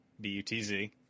B-U-T-Z